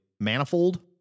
manifold